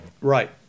Right